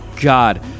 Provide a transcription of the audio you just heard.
god